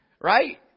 Right